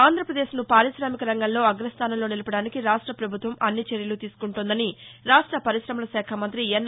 ఆంధ్రప్రదేశ్ను పారిశామిక రంగంలో అగస్థానంలో నిలపడానికి రాష్ట పభుత్వం అన్ని చర్యలు తీసుకుంటోందని రాష్ట్ర పరిశమల శాఖ మంతి ఎస్